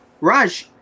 Raj